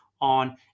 on